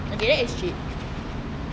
okay that is cheap